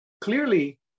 clearly